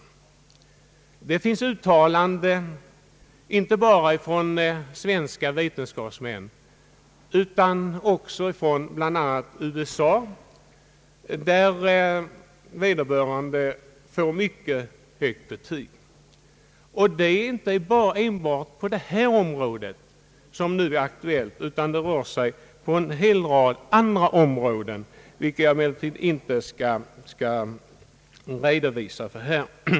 Vederbörande får mycket högt betyg i uttalanden inte bara från svenska vetenskapsmän utan också från bl.a. USA, och de gäller inte bara det område som nu är aktuellt, utan en hel rad andra områden, vilket jag emellertid inte skall redovisa här.